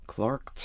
Clark